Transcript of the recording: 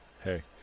Hey